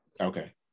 Okay